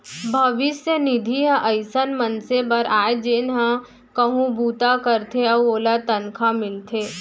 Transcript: भविस्य निधि ह अइसन मनसे बर आय जेन ह कहूँ बूता करथे अउ ओला तनखा मिलथे